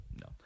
no